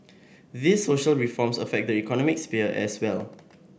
these social reforms affect the economic sphere as well